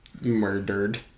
murdered